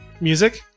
Music